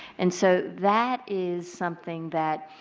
and so that is something that